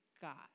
God